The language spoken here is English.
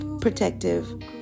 protective